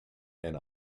and